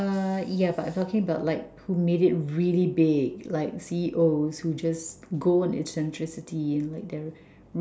uh yeah but I'm talking like about who made it really big like C_E_Os who just go on eccentricity like they